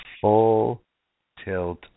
full-tilt